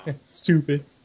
Stupid